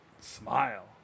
smile